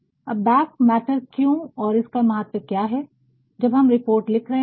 अब back matter क्यों और इसका महत्व क्या है जब हम रिपोर्ट लिख रहे होते है